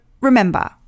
remember